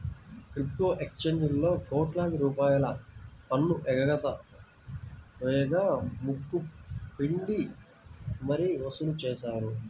crypto ఎక్స్చేంజీలలో కోట్లాది రూపాయల పన్ను ఎగవేత వేయగా ముక్కు పిండి మరీ వసూలు చేశారు